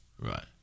Right